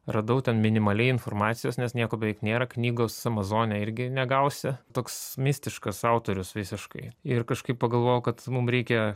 radau ten minimaliai informacijos nes nieko beveik nėra knygos amazone irgi negausi toks mistiškas autorius visiškai ir kažkaip pagalvojau kad mum reikia